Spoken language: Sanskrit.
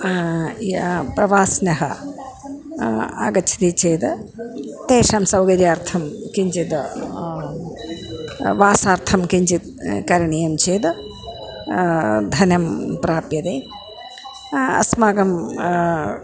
या प्रवासिनः आगच्छति चेत् तेषां सौकर्यार्थं किञ्चित् वासार्थं किञ्चित् करणीयं चेत् धनं प्राप्यतेः अस्माकं